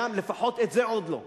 לפחות את זה עוד לא.